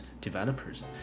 developers